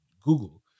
Google